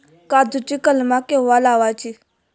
काजुची कलमा केव्हा लावची?